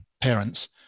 parents